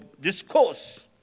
discourse